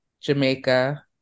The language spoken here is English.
Jamaica